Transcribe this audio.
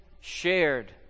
shared